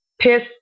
piss